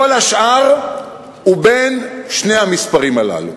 כל השאר הוא בין שני המספרים הללו.